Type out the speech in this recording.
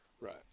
Right